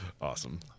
Awesome